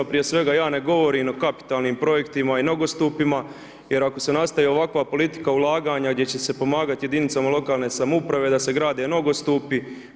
Prije svega ja ne govorim o kapitalnim projektima i nogostupima jer ako se nastavi ovakva politika ulaganja gdje će se pomagati jedinicama lokalne samouprave da se grade nogostupi.